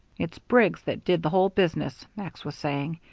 it's briggs that did the whole business, max was saying.